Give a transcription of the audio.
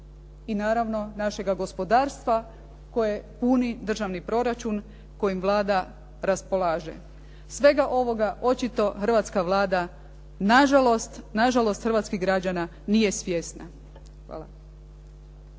i naravno, našega gospodarstva koje puni državni proračun kojim Vlada raspolaže. Svega ovoga, očito, hrvatska Vlada na žalost hrvatskih građana nije svjesna. Hvala.